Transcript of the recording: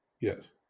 yes